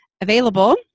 available